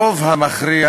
הרוב המכריע